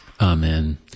Amen